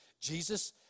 Jesus